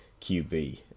QB